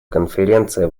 конференция